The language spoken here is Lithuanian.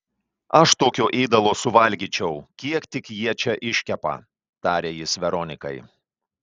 aš tokio ėdalo suvalgyčiau kiek tik jie čia iškepa tarė jis veronikai